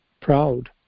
proud